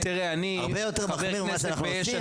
הרבה יותר מחמיר ממה שאנחנו מבקשים,